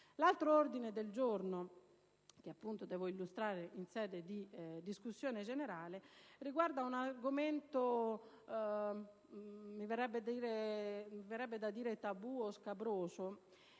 L'altro ordine del giorno che devo illustrare in sede di discussione generale riguarda un argomento, mi verrebbe da dire, tabù o scabroso.